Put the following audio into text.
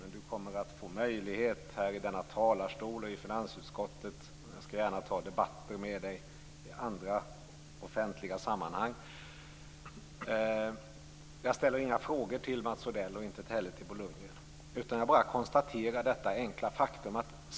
Mats Odell kommer att få möjlighet att diskutera det här i denna talarstol, i finansutskottet, och jag skall gärna ta debatter med honom i andra offentliga sammanhang. Jag ställer inga frågor till Mats Odell, och inte heller till Bo Lundgren. Jag bara konstaterar detta enkla faktum.